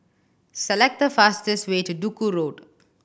select the fastest way to Duku Road